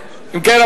אם כן,